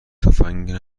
تفنگ